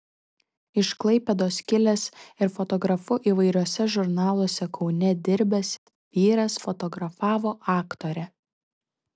iš klaipėdos kilęs ir fotografu įvairiuose žurnaluose kaune dirbęs vyras fotografavo aktorę